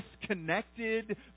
disconnected